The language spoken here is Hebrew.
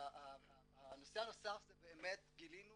הנושא הנוסף, באמת גילינו